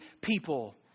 people